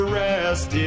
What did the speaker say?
rest